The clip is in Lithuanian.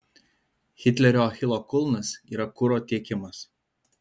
hitlerio achilo kulnas yra kuro tiekimas